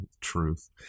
truth